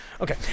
Okay